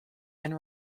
and